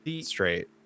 straight